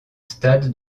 stade